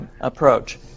approach